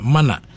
Mana